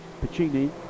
Puccini